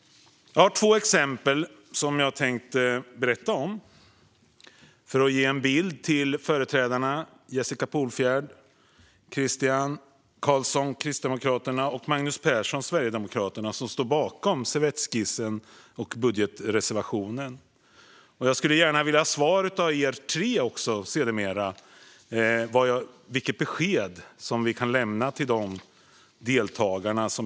Jag har två exempel som jag tänkte berätta om för att ge en bild till företrädarna Jessica Polfjärd från Moderaterna, Christian Carlsson från Kristdemokraterna och Magnus Persson från Sverigedemokraterna, som står bakom den här servettskissen till budgetreservation. Jag skulle sedermera gärna vilja ha svar av er tre angående vilket besked vi kan lämna till deltagarna.